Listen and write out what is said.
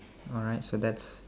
alright so that's